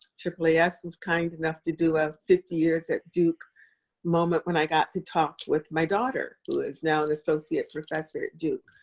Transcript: aaas was kind enough to do a fifty years at duke moment when i got to talk with my daughter, who is now an associate professor at duke.